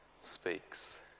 speaks